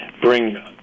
bring